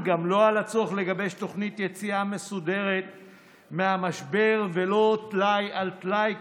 גם לא על הצורך לגבש תוכנית יציאה מסודרת מהמשבר ולא טלאי על טלאי,